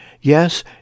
Yes